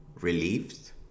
relieved